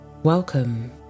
Welcome